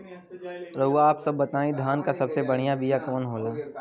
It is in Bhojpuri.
रउआ आप सब बताई धान क सबसे बढ़ियां बिया कवन होला?